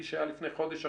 כמו לפני חודש,